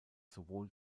sowohl